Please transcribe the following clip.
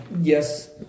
yes